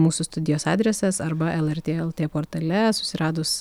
mūsų studijos adresas arba lrt lt portale susiradus